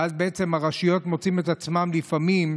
ואז בעצם הרשויות מוצאות את עצמן לפעמים,